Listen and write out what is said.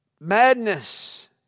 Madness